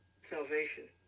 salvation